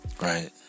right